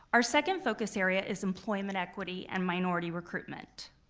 our second focus area is employment equity and minority recruitment.